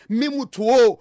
mimutuo